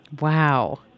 Wow